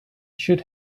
should